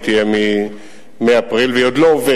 היא תהיה מאפריל והיא עוד לא עובדת.